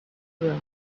will